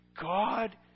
God